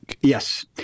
Yes